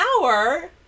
hour